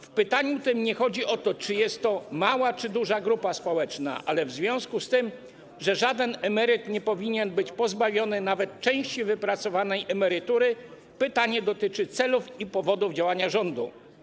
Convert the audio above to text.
W pytaniu tym nie chodzi o to, czy jest to mała czy duża grupa społeczna, ale w związku z tym, że żaden emeryt nie powinien być pobawiony nawet części wypracowanej emerytury, pytanie dotyczy celów i powodów działania rządu.